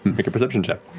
make a perception check.